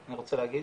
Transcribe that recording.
אני רוצה להגיד,